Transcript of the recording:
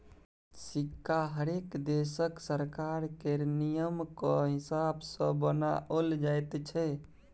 सिक्का हरेक देशक सरकार केर नियमकेँ हिसाब सँ बनाओल जाइत छै